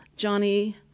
Johnny